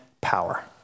power